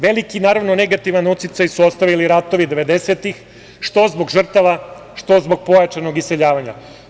Veliki negativan uticaj su ostavili ratovi 90-ih, što zbog žrtva, što zbog pojačanog iseljavanja.